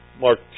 Mark